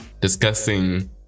discussing